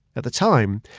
at the time,